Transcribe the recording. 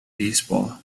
baseball